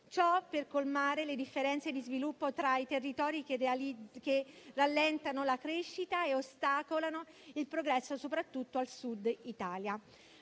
Ciò per colmare le differenze di sviluppo tra i territori che rallentano la crescita e ostacolano il progresso, soprattutto al Sud Italia.